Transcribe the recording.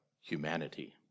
humanity